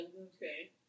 Okay